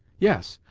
yes,